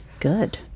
good